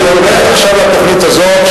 אני הולך עכשיו לתוכנית הזאת,